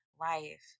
life